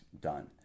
done